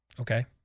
Okay